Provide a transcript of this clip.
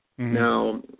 Now